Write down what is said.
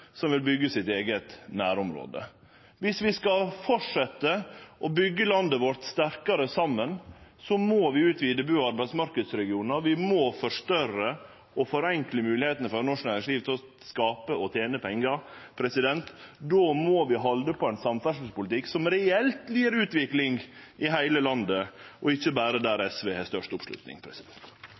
som vil byggje sitt eige nærområde. Om vi skal fortsetje å byggje landet vårt sterkare saman, må vi utvide bu- og arbeidsmarknadsregionar, og vi må forstørre og forenkle moglegheitene for norsk næringsliv til å skape og tene pengar. Då må vi halde på ein samferdselspolitikk som reelt gjev utvikling i heile landet, og ikkje berre der SV har størst oppslutning.